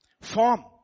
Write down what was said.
form